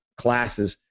classes